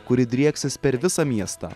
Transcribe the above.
kuri drieksis per visą miestą